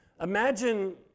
Imagine